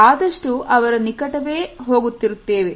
ಆದಷ್ಟು ಅವರ ನಿಕಟ ವೇ ಹೋಗುತ್ತಿರುತ್ತೇವೆ